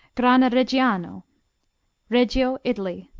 grana reggiano reggio, italy